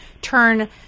turn